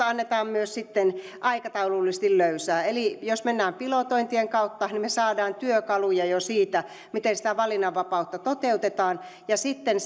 annetaan sitten myös aikataulullisesti löysää eli jos mennään pilotointien kautta niin me saamme työkaluja jo siitä miten sitä valinnanvapautta toteutetaan ja sitten